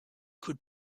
could